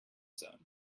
zone